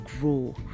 grow